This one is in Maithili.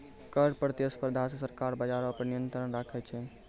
कर प्रतिस्पर्धा से सरकार बजारो पे नियंत्रण राखै छै